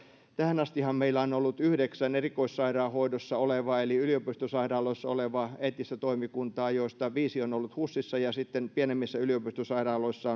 tähän astihan meillä on ollut yhdeksän erikoissairaanhoidossa olevaa eli yliopistosairaaloissa olevaa eettistä toimikuntaa joista viisi on ollut husissa ja sitten pienemmissä yliopistosairaaloissa